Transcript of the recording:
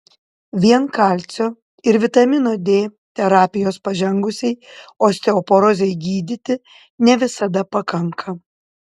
vien kalcio ir vitamino d terapijos pažengusiai osteoporozei gydyti ne visada pakanka